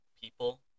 people